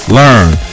learn